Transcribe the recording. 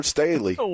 Staley